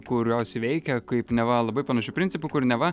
kurios veikia kaip neva labai panašiu principu kur neva